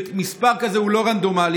מספר כזה הוא לא רנדומלי.